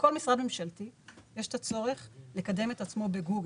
לכל משרד ממשלתי יש הצורך לקדם את עצמו בגוגל.